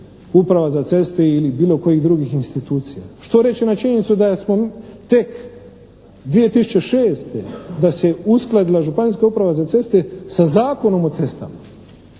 uprava za ceste ili bilo kojih drugih institucija. Što reći na činjenicu da smo tek 2006., da se uskladila Županijska uprava za ceste sa Zakonom o cestama